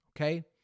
okay